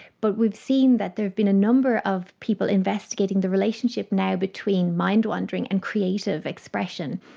but we've seen that there have been a number of people investigating the relationship now between mind wandering and creative expression.